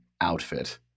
outfit